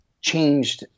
changed